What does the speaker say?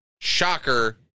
shocker